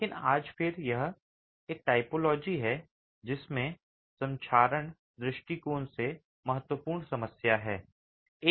लेकिन आज यह फिर से एक टाइपोलॉजी है जिसमें संक्षारण दृष्टिकोण से महत्वपूर्ण समस्या है